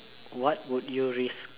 what will your risk